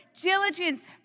Diligence